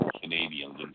Canadians